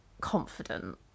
confident